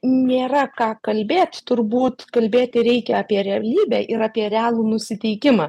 nėra ką kalbėt turbūt kalbėti reikia apie realybę ir apie realų nusiteikimą